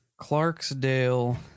Clarksdale